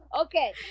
okay